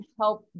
help